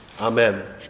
Amen